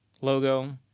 logo